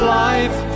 life